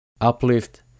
uplift